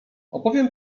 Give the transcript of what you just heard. opowiem